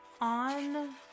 on